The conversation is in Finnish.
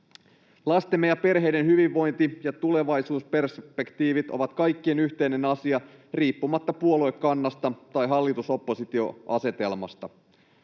Lastemme ja perheiden hyvinvointi ja tulevaisuusperspektiivi on kaikkien yhteinen asia riippumatta puoluekannasta tai hallitus-oppositio-asetelmasta.